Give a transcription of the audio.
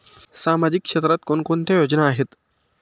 सामाजिक क्षेत्रात कोणकोणत्या योजना आहेत?